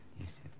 Yes